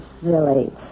silly